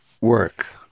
work